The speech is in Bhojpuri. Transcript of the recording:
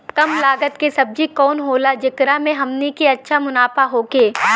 कम लागत के सब्जी कवन होला जेकरा में हमनी के अच्छा मुनाफा होखे?